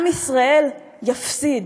עם ישראל יפסיד.